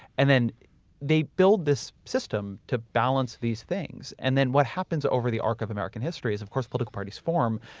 and then they build this system to balance these things. and then, what happens over the arc of american history is, of course, political parties form.